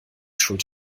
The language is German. schuld